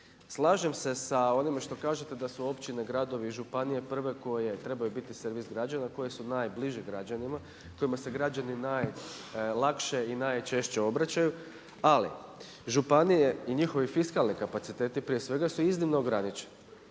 Slažem se sa onime što kažete da su općine, gradovi i županije prve koje trebaju biti servis građana i koje su najbliže građanima, kojima se građani najlakše i najčešće obraćaju ali županije i njihovi fiskalni kapaciteti prije svega su iznimno ograničeni.